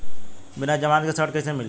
बिना जमानत के ऋण कैसे मिली?